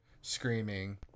screaming